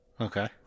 Okay